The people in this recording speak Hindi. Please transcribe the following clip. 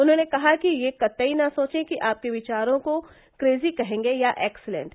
उन्होंने कहा कि यह कत्तई न सोवे कि आपके विचारो को क्रेजी कहेंगे या एक्सीलेंट